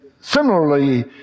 similarly